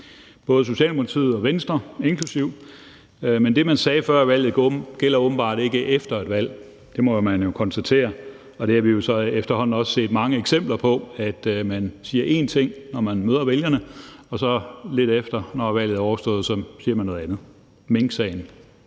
både Socialdemokratiet og Venstre. Men det, man sagde før valget, gælder åbenbart ikke efter et valg. Det må man jo konstatere, og vi har så efterhånden også set mange eksempler på, at man siger én ting, når man møder vælgerne, og så lidt efter, når valget er overstået, siger man noget andet. Minksagen,